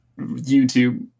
YouTube